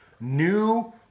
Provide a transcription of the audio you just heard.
new